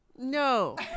No